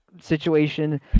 situation